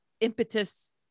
impetus